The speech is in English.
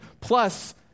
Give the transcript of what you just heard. plus